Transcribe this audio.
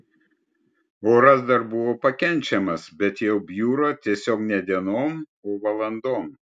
oras dar buvo pakenčiamas bet jau bjuro tiesiog ne dienom o valandom